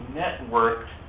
networked